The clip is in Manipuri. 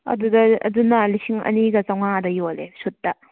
ꯑꯗꯨꯗ ꯑꯗꯨꯅ ꯂꯤꯁꯤꯡ ꯑꯅꯤꯒ ꯆꯥꯝꯃꯉꯥꯗ ꯌꯣꯜꯂꯦ ꯁꯨꯠꯇ